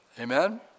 Amen